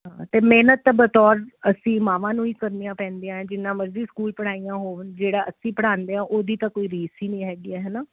ਮਿਹਨਤ ਦਾ ਬਟੋਰ ਅਸੀਂ ਮਾਵਾਂ ਨੂੰ ਹੀ ਕਰਨੀਆਂ ਪੈਂਦੀਆਂ ਜਿੰਨਾ ਮਰਜ਼ੀ ਸਕੂਲ ਪੜਾਈਆਂ ਹੋਣ ਜਿਹੜਾ ਅਸੀਂ ਪੜਾਂਦੇ ਆ ਉਹਦੀ ਤਾਂ ਕੋਈ ਰੀਸ ਹੀ ਨਹੀਂ ਹੈਗੀ ਹਨਾ ਮਤਲਬ ਚੰਗਾ ਲੱਗਦਾ ਤੁਹਾਡੇ